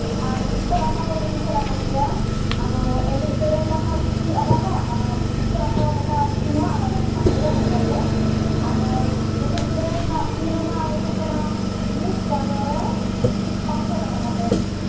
ᱟᱨ ᱪᱤᱛᱟᱹᱨ ᱟᱸᱠᱟᱣ ᱦᱚᱸᱞᱤᱧ ᱪᱮᱫ ᱟᱠᱚ ᱜᱮᱭᱟ ᱟᱫᱚ ᱮᱱᱮᱡ ᱥᱮᱨᱮᱧ ᱵᱟᱠᱷᱨᱟ ᱫᱚ ᱯᱷᱤ ᱟᱞᱟᱫᱟ ᱟᱨ ᱪᱤᱛᱟᱹᱨ ᱟᱸᱠᱟᱣ ᱵᱟᱠᱷᱨᱟ ᱯᱷᱤ ᱦᱚᱸ ᱟᱞᱟᱫᱟ ᱜᱮ ᱱᱟᱜ ᱵᱷᱮᱜᱟ ᱵᱷᱮᱜᱟᱨ ᱜᱮ ᱟᱫᱚ ᱮᱱᱮᱡ ᱥᱮᱨᱮᱧ ᱨᱮᱱᱟᱜ ᱯᱷᱤ ᱫᱚ ᱱᱟᱜ ᱦᱩᱭᱩᱜ ᱠᱟᱱᱟ ᱢᱤᱫ ᱪᱟᱸᱫᱚ ᱨᱮ ᱯᱟᱸᱪᱥᱚ ᱴᱟᱠᱟ ᱠᱟᱛᱮᱫ